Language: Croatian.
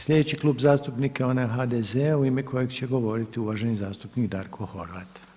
Sljedeći Klub zastupnika, onaj HDZ-ov, u ime kojeg će govoriti uvaženi zastupnik Darko Horvat.